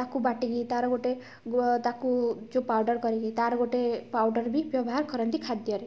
ତାକୁ ବାଟିକି ତା'ର ଗୋଟେ ଗୁଅ ତାକୁ ଯୋ ପାଉଡ଼ର୍ କରିକି ତା'ର ଗୋଟେ ପାଉଡ଼ର୍ ବି ବ୍ୟବହାର କରନ୍ତି ଖାଦ୍ୟରେ